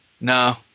no